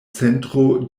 centro